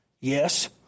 Yes